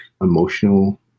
emotional